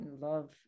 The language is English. love